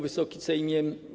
Wysoki Sejmie!